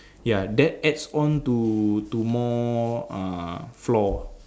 ya that adds on to to more uh floor